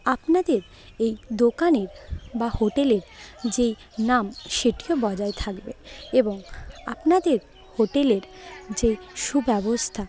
আপনাদের এই দোকানের বা হোটেলের যেই নাম সেটিও বজায় থাকবে এবং আপনাদের হোটেলের যে সুব্যবস্থা